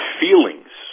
feelings